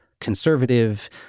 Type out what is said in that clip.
conservative